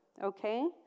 Okay